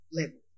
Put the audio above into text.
level